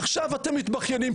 עכשיו אתם מתבכיינים,